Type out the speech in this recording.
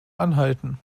anhalten